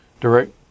direct